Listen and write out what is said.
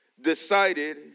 decided